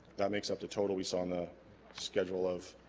that makes up two total we saw in the schedule of